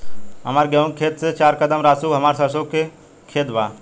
हमार गेहू के खेत से चार कदम रासु हमार सरसों के खेत बा